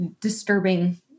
disturbing